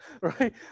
Right